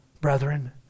brethren